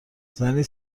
زنی